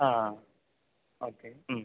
ആ ഓക്കെ